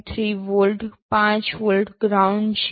૩ volt ૫ volt ground છે